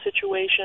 situation